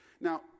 Now